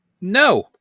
No